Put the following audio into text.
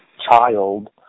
child